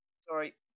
Sorry